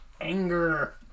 anger